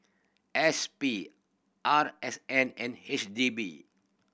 S P R S N and H D B